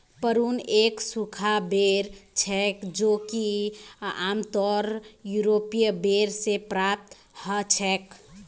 prune एक सूखा बेर छेक जो कि आमतौरत यूरोपीय बेर से प्राप्त हछेक